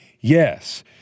yes